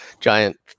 giant